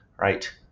right